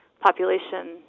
population